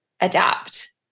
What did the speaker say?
adapt